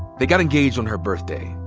they got engaged on her birthday,